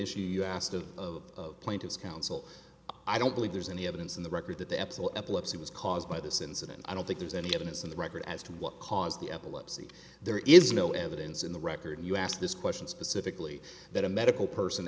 issue you asked him of plaintiff's counsel i don't believe there's any evidence in the record that the absolute epilepsy was caused by this incident i don't think there's any evidence on the record as to what caused the epilepsy there is no evidence in the record you ask this question specifically that a medical person